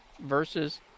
versus